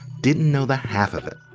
didn't know the half of it.